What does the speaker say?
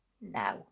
now